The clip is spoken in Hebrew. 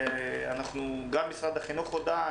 גם משרד החינוך הודה,